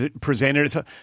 presented